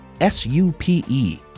S-U-P-E